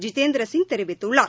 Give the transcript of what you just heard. ஜிதேந்திர சிங் தெரிவித்துள்ளார்